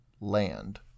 Land